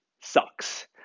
Sucks